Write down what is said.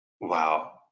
Wow